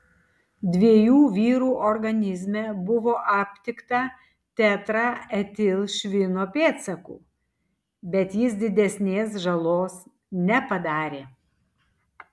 dviejų vyrų organizme buvo aptikta tetraetilšvino pėdsakų bet jis didesnės žalos nepadarė